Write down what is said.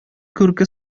күрке